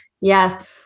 Yes